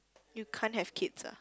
you can't have kids ah